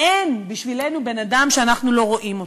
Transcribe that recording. אין בשבילנו בן-אדם שאנחנו לא רואים אותו,